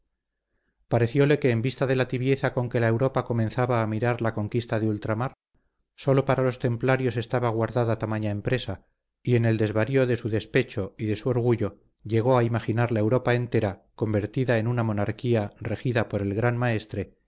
temple parecióle que en vista de la tibieza con que la europa comenzaba a mirar la conquista de ultramar sólo para los templarios estaba guardada tamaña empresa y en el desvarío de su despecho y de su orgullo llegó a imaginar la europa entera convertida en una monarquía regida por el gran maestre